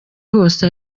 hose